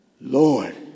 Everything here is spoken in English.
Lord